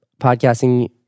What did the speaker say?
podcasting